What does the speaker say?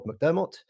McDermott